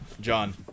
John